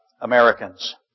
Americans